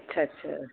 अच्छा अच्छा